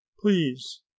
Please